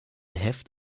heft